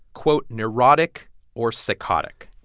quote, neurotic or psychotic.